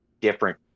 different